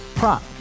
Prop